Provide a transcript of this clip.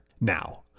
Now